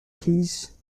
keys